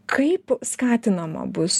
kaip skatinama bus